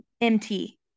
MT